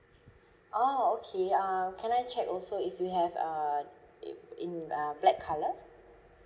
oh okay um can I check also if you have uh it in ah black colour